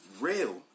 real